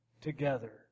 together